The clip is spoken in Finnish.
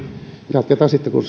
jatketaan sitten kun